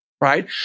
right